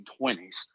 1920s